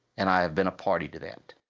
and i've been a party to that.